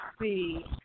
see